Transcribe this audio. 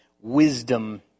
wisdom